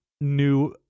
New